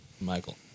Michael